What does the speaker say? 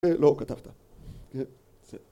זה לא כתבת.